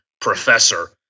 professor